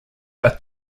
are